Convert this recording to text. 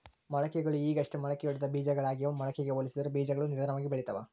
ಮೊಳಕೆಗಳು ಈಗಷ್ಟೇ ಮೊಳಕೆಯೊಡೆದ ಬೀಜಗಳಾಗ್ಯಾವ ಮೊಳಕೆಗೆ ಹೋಲಿಸಿದರ ಬೀಜಗಳು ನಿಧಾನವಾಗಿ ಬೆಳಿತವ